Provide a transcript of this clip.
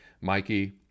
Mikey